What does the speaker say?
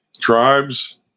tribes